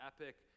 epic